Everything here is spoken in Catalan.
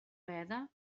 veda